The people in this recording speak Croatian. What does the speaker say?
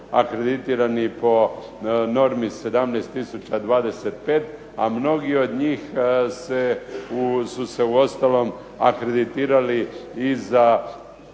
akreditirani po normi 17025, a mnogi od njih su se uostalom akreditirali i za